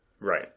Right